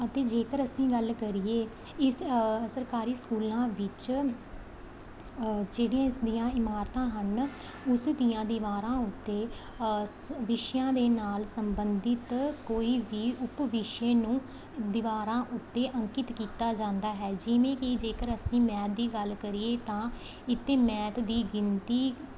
ਅਤੇ ਜੇਕਰ ਅਸੀਂ ਗੱਲ ਕਰੀਏ ਇਸ ਸਰਕਾਰੀ ਸਕੂਲਾਂ ਵਿੱਚ ਜਿਹੜੀਆਂ ਇਸ ਦੀਆਂ ਇਮਾਰਤਾਂ ਹਨ ਉਸ ਦੀਆਂ ਦੀਵਾਰਾਂ ਉੱਤੇ ਆਸ ਵਿਸ਼ਿਆਂ ਦੇ ਨਾਲ ਸੰਬੰਧਿਤ ਕੋਈ ਵੀ ਉਪ ਵਿਸ਼ੇ ਨੂੰ ਦੀਵਾਰਾਂ ਉੱਤੇ ਅੰਕਿਤ ਕੀਤਾ ਜਾਂਦਾ ਹੈ ਜਿਵੇਂ ਕਿ ਜੇਕਰ ਅਸੀਂ ਮੈਥ ਦੀ ਗੱਲ ਕਰੀਏ ਤਾਂ ਇੱਥੇ ਮੈਥ ਦੀ ਗਿਣਤੀ